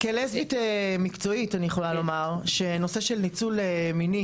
כלסבית מקצועית אני יכולה לומר שנושא של ניצול מיני,